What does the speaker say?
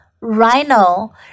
rhino